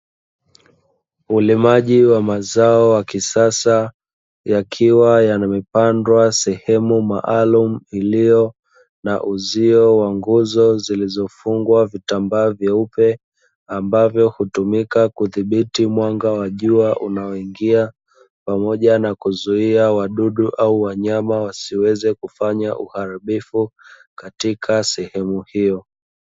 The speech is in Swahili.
Ulimaji wa mazao ya kisasa yakiwa yamepandwa sehemu maalum iliyo na uzio wa nguzo zilizofungwa vitambaa vyeupe ambavyo hutumika kudhiti mwanga wa jua unaoingia, pamoja na kuzuia wadudu au wanyama wasiweze kufanya uharibifu katika sehemu hiyo.